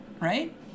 right